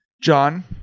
John